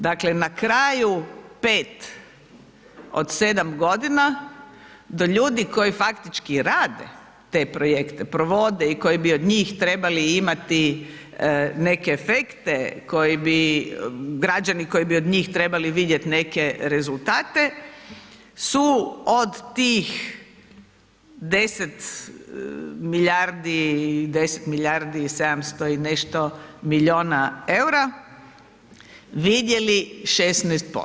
Dakle na kraju 5, od 7 godina, do ljudi koji faktički rade te projekte, provode i koji bi od njih trebali imati neke efekte koji bi građani koji bi od njih trebali vidjeti neke rezultate su od tih 10 milijardi, 10 milijardi i 700 i nešto milijuna eura, vidjeli 16%